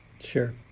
Sure